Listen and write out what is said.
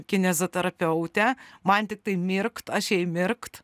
kineziterapeutė man tiktai mirkt aš jai mirkt